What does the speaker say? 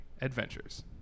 adventures